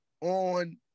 on